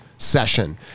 session